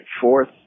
fourth